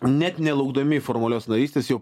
net nelaukdami formalios narystės jau